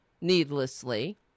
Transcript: needlessly